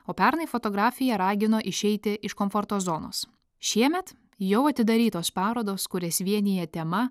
o pernai fotografija ragino išeiti iš komforto zonos šiemet jau atidarytos parodos kurias vienija tema